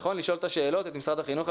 לשאול את משרד החינוך את השאלות,